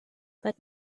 but